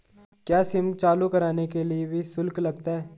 क्या सिम चालू कराने के लिए भी शुल्क लगता है?